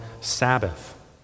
Sabbath